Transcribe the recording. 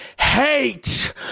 hate